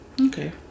Okay